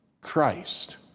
Christ